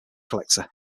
collector